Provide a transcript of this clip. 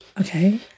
Okay